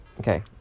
Okay